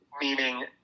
Meaning